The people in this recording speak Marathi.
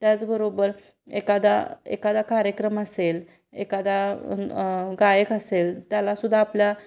त्याचबरोबर एखादा एखादा कार्यक्रम असेल एखादा गायक असेल त्यालासुद्धा आपल्या